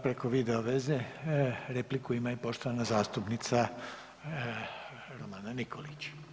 Preko video veze, repliku ima i poštovana zastupnica Romana Nikolić.